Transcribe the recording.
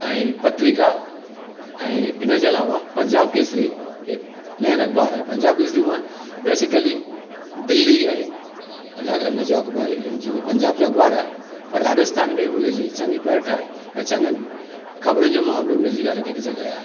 ऐं पत्रिका ऐं इनजे अलावा पंजाब केसरी हिकु मेन अख़बार आहे पंजाब केसरी हूअ बेसिकली दिल्ली ऐं अलॻि हिनजो अख़बार जूं पंजाब जो अखबार आहे पर राजस्थान में हुनजी चङी पेठ आहे ऐं चङनि ख़बरुनि जे मामले में जीअं अलॻि हिकु जॻह आहे